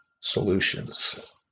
solutions